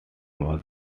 was